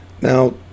now